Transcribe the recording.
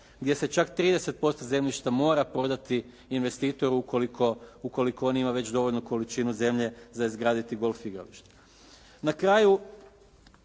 gdje se čak 30% zemljišta mora prodati investitoru ukoliko on ima već dovoljnu količinu zemlje za izgraditi golf igralište.